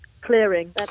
clearing